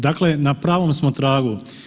Dakle, na pravom smo tragu.